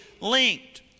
linked